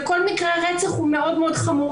וכל מקרה רצח הוא מאוד חמור,